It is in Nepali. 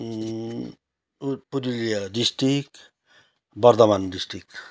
उट पुरुलिया डिस्ट्रिक बर्धमान डिस्ट्रिक